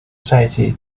赛季